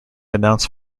announced